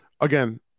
Again